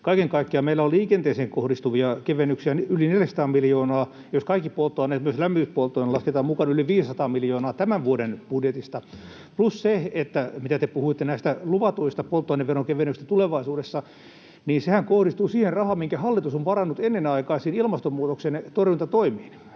kaiken kaikkiaan meillä on liikenteeseen kohdistuvia kevennyksiä tämän vuoden budjetista yli 400 miljoonaa, ja jos kaikki polttoaineet, myös lämmityspolttoaine, lasketaan mukaan, yli 500 miljoonaa. Plus mitä te puhuitte näistä luvatuista polttoaineveron kevennyksistä tulevaisuudessa, niin nehän kohdistuvat siihen rahaan, minkä hallitus on varannut ennenaikaisiin ilmastonmuutoksen torjuntatoimiin.